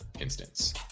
instance